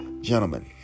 Gentlemen